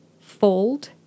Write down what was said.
fold